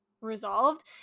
resolved